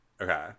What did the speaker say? Okay